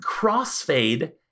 crossfade